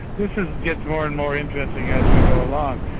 this gets more and more interesting as we go along.